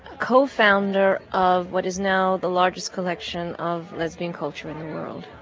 co-founder of what is now the largest collection of lesbian culture in the world.